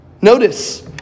Notice